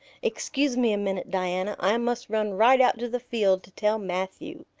excuse me a minute, diana. i must run right out to the field to tell matthew.